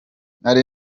nari